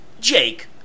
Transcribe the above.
Jake